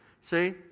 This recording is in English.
See